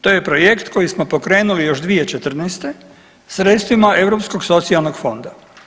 To je projekt koji smo pokrenuli još 2014. sredstvima europskog socijalnog fonda.